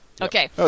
Okay